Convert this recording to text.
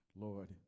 Lord